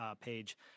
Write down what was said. page